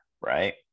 Right